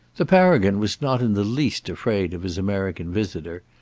the paragon was not in the least afraid of his american visitor,